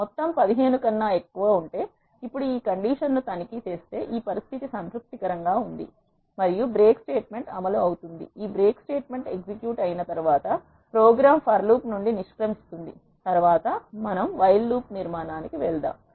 మొత్తం 15 కన్నా ఎక్కువ ఉంటే ఇప్పుడు ఈ కండీషన్ ను తనిఖీ చేస్తే ఈ పరిస్థితి సంతృప్తి కరంగా ఉంది మరియు బ్రేక్ స్టేట్మెంట్ అమలు అవుతుంది ఈ బ్రేక్ స్టేట్మెంట్ ఎగ్జిక్యూట్ అయిన తర్వాత ప్రోగ్రామ్ ఫర్ లూప్ నుండి నిష్క్రమిస్తుంది తరువాత మనం వైల్ లూప్ నిర్మాణానికి వెళ్తాము